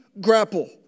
grapple